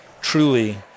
truly